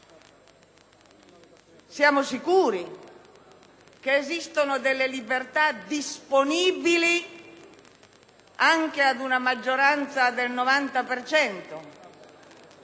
Siamo sicuri che esistono delle libertà disponibili anche ad una maggioranza del 90